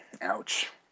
Ouch